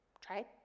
try